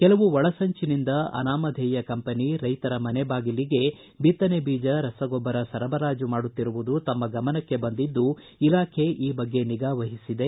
ಕೆಲವು ಒಳಸಂಚಿನಿಂದ ಅನಾಮಧೇಯ ಕಂಪೆನಿ ರೈತರ ಮನೆಬಾಗಿಲಿಗೆ ಬಿತ್ತನೆ ಬೀಜ ರಸಗೊಬ್ಬರ ಸರಬರಾಜು ಮಾಡುತ್ತಿರುವುದು ತಮ್ಮ ಗಮನಕ್ಕೆ ಬಂದಿದ್ದು ಇಲಾಖೆ ಈ ಬಗ್ಗೆ ನಿಗಾ ವಹಿಸಿದೆ